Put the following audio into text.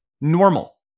normal